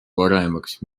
paremaks